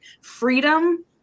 freedom